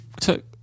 took